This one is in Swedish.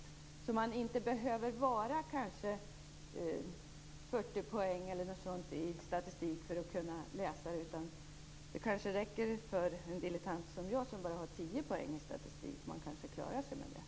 Då kanske man inte behöver ha 40 poäng i statistik för att kunna läsa den. Det kanske räcker med att vara en dilettant som jag, som bara har 10 poäng i statistik. Man kanske klarar sig med det.